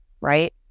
right